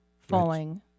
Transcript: Falling